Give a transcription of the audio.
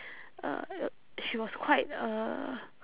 uh she was quite uh